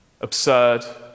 Absurd